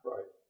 Right